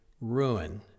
ruin